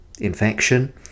infection